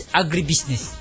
agribusiness